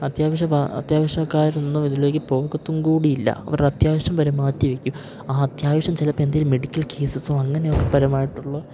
അത്യാവശ്യ വാ അത്യാവശ്യക്കാരൊന്നും ഇതിലേക്ക് പോകത്തും കൂടിയില്ല അവർ അത്യാവശ്യം വരെ മാറ്റി വെക്കും ആ അത്യാവശ്യം ചിലപ്പം എന്തേലും മെഡിക്കൽ കേസസോ അങ്ങനെയൊക്കെ പരമായിട്ടുള്ള